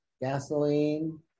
gasoline